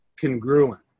congruent